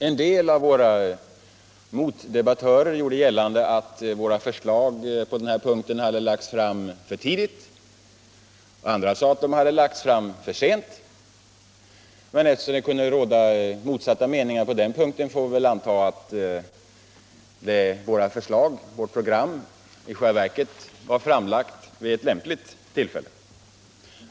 En del av våra motdebattörer ansåg att våra förslag var för tidigt väckta; andra sade att de hade lagts fram för sent. Eftersom det på den punkten fanns olika uppfattningar får vi väl anta att våra förslag i själva verket var framlagda vid ett lämpligt tillfälle.